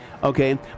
Okay